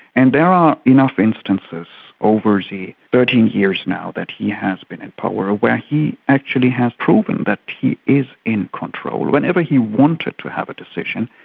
and there are enough instances over the thirteen years now that he has been in power where he actually has proven that he is in control. whenever he wanted to have a decision,